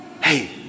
hey